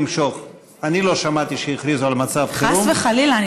אני לא שמעתי שהכריזו על מצב חירום, חס וחלילה.